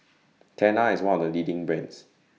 Tena IS one of The leading brands